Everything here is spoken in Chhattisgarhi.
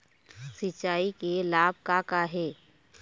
सिचाई के लाभ का का हे?